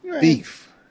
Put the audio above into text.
Beef